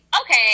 okay